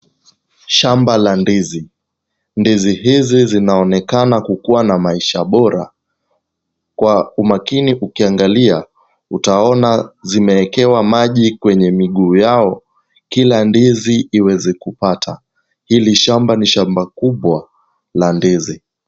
Shamba la ndizi. Ndizi hizi zinaonekana kukua na maisha bora, kwa umakini ukiangalia, utaona zimewekewa maji kwenye miguu yao , kila ndizi iweze kupata. Hili shamba ni shamba kubwa la ndizi.